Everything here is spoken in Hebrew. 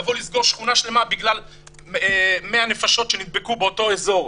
לבוא ולסגור שכונה שלמה בגלל 100 נפשות שנדבקו באותו אזור?